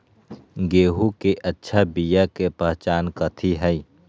गेंहू के अच्छा बिया के पहचान कथि हई?